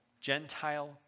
Gentile